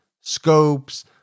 scopes